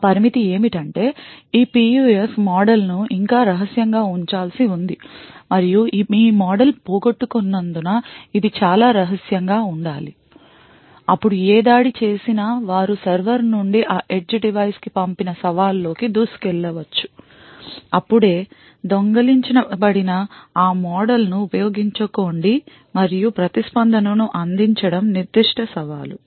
ఆ పరిమితి ఏమిటంటే ఈ PUF మోడల్ను ఇంకా రహస్యంగా ఉంచాల్సి ఉంది మరియు ఈ మోడల్ పోగొట్టుకున్నందున ఇది చాలా రహస్యంగా ఉండాలి అప్పుడు ఏ దాడి చేసినా వారు సర్వర్ నుండి ఆ edgeడివైస్ కి పంపిన సవాలు లోకి దూసుకెళ్లవచ్చు ఇప్పుడే దొంగిలించ బడిన ఆ మోడల్ను ఉపయోగించుకోండి మరియు ప్రతిస్పందన ను అందించడం నిర్దిష్ట సవాలు